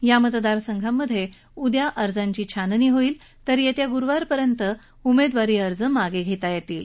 या मतदारसंघात उद्या अर्जांची छाननी होईल तर येत्या गूरुवारपर्यंत उमेदवारी अर्ज मागे घेता येतील